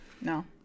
No